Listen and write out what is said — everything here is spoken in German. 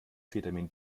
vitamin